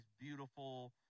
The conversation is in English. beautiful